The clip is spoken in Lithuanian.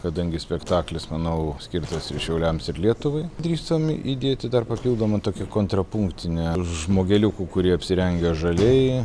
kadangi spektaklis manau skirtas ir šiauliams ir lietuvai drįstam įdėti dar papildomą tokią kontrapunktinę žmogeliukų kurie apsirengę žaliai